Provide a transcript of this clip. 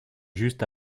juste